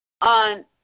On